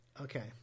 Okay